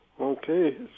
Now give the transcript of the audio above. Okay